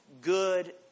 good